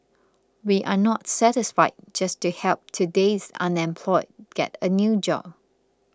we are not satisfied just to help today's unemployed get a new job